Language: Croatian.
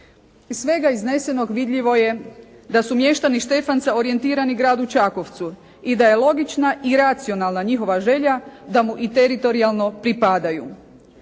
svega iznesenog vidljivo je da su mještani Štefanca orijentirani gradu Čakovcu i da je logična i racionalna njihova želja da mu i teritorijalno pripadaju.